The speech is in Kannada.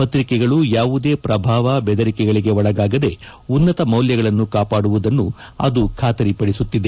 ಪತ್ರಿಕೆಗಳು ಯಾವುದೇ ಶ್ರಭಾವ ಬೆದರಿಕೆಗಳಿಗೆ ಒಳಗಾಗದೆ ಉನ್ನತ ಮೌಲ್ಯಗಳನ್ನು ಕಾಪಾಡುವುದನ್ನು ಅದು ಖಾತರಿಪಡಿಸುತ್ತಿದೆ